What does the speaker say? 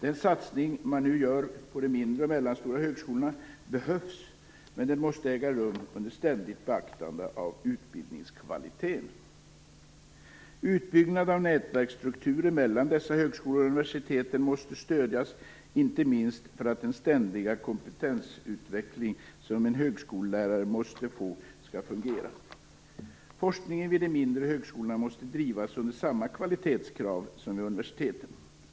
Den satsning man nu gör på de mindre och mellanstora högskolorna behövs, men den måste äga rum under ständigt beaktande av utbildningskvaliteten. Utbyggnaden av nätverksstrukturer mellan dessa högskolor och universiteten måste stödjas, inte minst för att den ständiga kompetensutveckling som en högskolelärare måste få skall fungera. Forskningen vid de mindre högskolorna måste drivas under samma kvalitetskrav som vid universiteten.